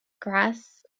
grass